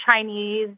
Chinese